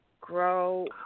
grow